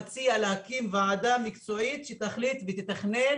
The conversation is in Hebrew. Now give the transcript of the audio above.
אני מציע להקים ועדה מקצועית שתחליט ותתכנן